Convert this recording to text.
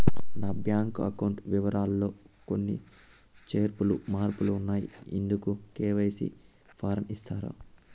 నా bank account వివరాలు లో కొన్ని చేర్పులు మార్పులు ఉన్నాయి, ఇందుకు కె.వై.సి ఫారం ఇస్తారా?